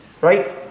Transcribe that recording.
Right